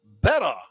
better